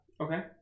Okay